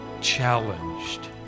challenged